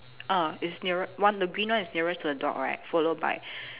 ah is nearer one the green one is nearest to the dog right followed by